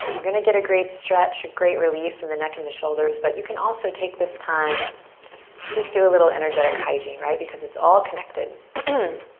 we're going to get a great stretch, a great release in the neck and the shoulders. but you can also take this time to just do a little energetic hygiene, right, because it's all connected. and